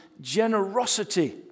generosity